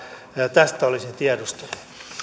tästä olisin tiedustellut